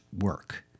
work